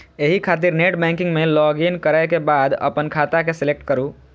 एहि खातिर नेटबैंकिग मे लॉगइन करै के बाद अपन खाता के सेलेक्ट करू